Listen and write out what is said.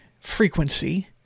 frequency